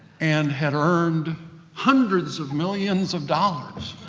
and had earned hundreds of millions of dollars,